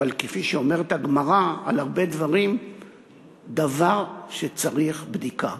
אבל כפי שאומרת הגמרא על הרבה דברים דבר שצריך בדיקה.